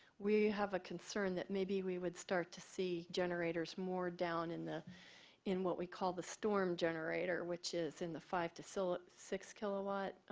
we have a concern that maybe we would start to see generators more down in the in what we call the storm generator, which is in the five to so ah six kilowatt,